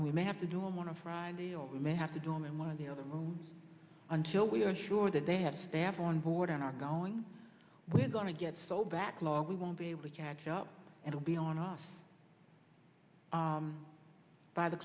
and we may have to do him on a friday or we may have to do him in one of the other rooms until we are sure that they have staff on board and are going we're going to get so backlog we won't be able to catch up and will be on off by the